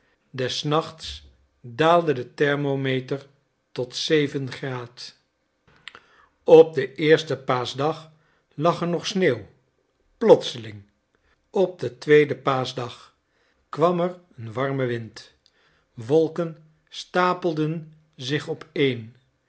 des nachts daalde de thermometer tot zeven graad op den eersten paaschdag lag er nog sneeuw plotseling op den tweeden paaschdag kwam er een warme wind wolken stapelden zich opeen